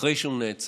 אחרי שהוא נעצר,